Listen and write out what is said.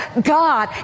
God